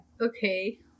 okay